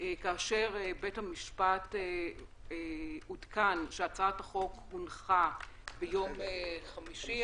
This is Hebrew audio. כאשר בית המשפט עודכן שהצעת החוק הונחה ביום חמישי,